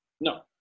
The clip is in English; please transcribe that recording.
no